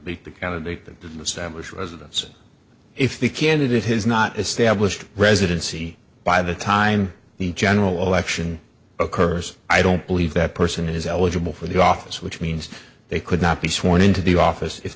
residents if the candidate has not established residency by the time the general election occurs i don't believe that person is eligible for the office which means they could not be sworn into the office if